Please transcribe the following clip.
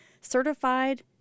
certified